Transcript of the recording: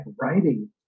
writing